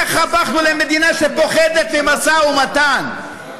איך הפכנו למדינה שפוחדת ממשא ומתן?